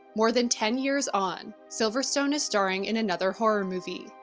more than ten years on, silverstone is starring in another horror movie,